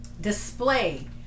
display